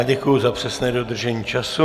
Děkuji za přesné dodržení času.